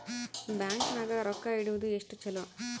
Bank ನಾಗ ರೊಕ್ಕ ಇಡುವುದು ಎಷ್ಟು ಚಲೋ?